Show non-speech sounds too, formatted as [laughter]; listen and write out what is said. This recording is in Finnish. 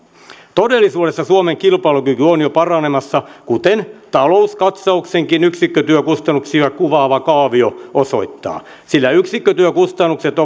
todellisuudessa suomen kilpailukyky on jo paranemassa kuten talouskatsauksenkin yksikkötyökustannuksia kuvaava kaavio osoittaa sillä yksikkötyökustannukset [unintelligible]